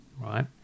Right